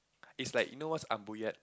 is like you know what's